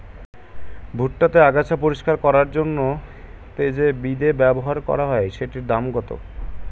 ভুট্টা তে আগাছা পরিষ্কার করার জন্য তে যে বিদে ব্যবহার করা হয় সেটির দাম কত?